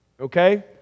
Okay